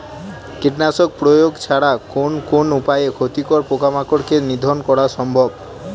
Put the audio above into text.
কীটনাশক প্রয়োগ ছাড়া কোন কোন উপায়ে ক্ষতিকর পোকামাকড় কে নিধন করা সম্ভব?